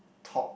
talk